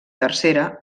tercera